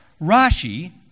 Rashi